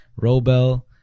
Robel